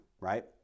right